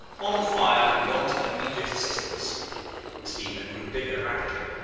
on fire. want immediate assistance the steamer grew bigger rapidly,